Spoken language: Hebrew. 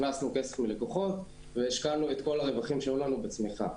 הכנסנו כסף מלקוחות והשקענו את כל הרווחים שהיו לנו בצמיחה.